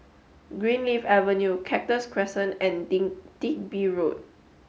Greenleaf Avenue Cactus Crescent and Digby Road